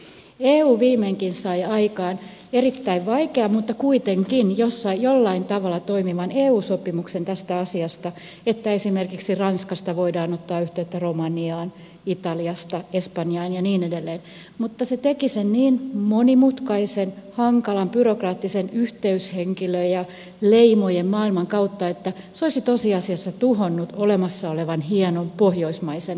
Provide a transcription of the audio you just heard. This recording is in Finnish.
eu viimeinkin sai aikaan erittäin vaikean mutta kuitenkin jollain tavalla toimivan eu sopimuksen tästä asiasta että esimerkiksi ranskasta voidaan ottaa yhteyttä romaniaan italiasta espanjaan ja niin edelleen mutta se teki sen niin monimutkaisen hankalan byrokraattisen yhteyshenkilö ja leimojen maailman kautta että se olisi tosiasiassa tuhonnut olemassa olevan hienon pohjoismaisen järjestelmän